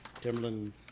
Timberland